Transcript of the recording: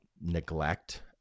neglect